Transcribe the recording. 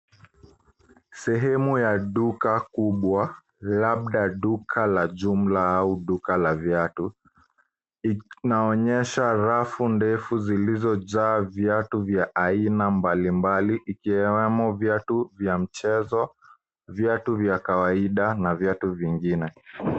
Sehemu ya duka kubwa labda duka la jumla au duka la viatu. Inaonyesha rafu ndefu zilizojaa viatu vya aina mbali mbali, ikiwemo viatu vya mchezo, viatu vya kawaida, na viatu vingine.